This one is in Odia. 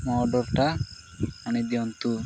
ମୋ ଅର୍ଡରଟା ଆଣିଦିଅନ୍ତୁ